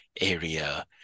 area